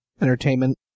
Entertainment